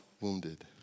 wounded